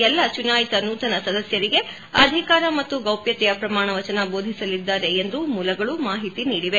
ಎಲ್ಲ ಚುನಾಯಿತ ನೂತನ ಸದಸ್ಸರಿಗೆ ಅಧಿಕಾರ ಮತ್ತು ಗೌಪ್ಲತೆಯ ಪ್ರಮಾಣವಚನ ಬೋಧಿಸಲಿದ್ದಾರೆ ಎಂದು ಮೂಲಗಳು ಮಾಹಿತಿ ನೀಡಿವೆ